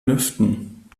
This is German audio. lüften